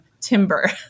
timber